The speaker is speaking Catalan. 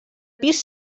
pis